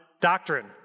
doctrine